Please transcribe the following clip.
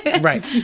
right